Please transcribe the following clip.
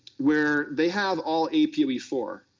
where they have all a p o e four.